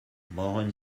brauchen